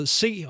se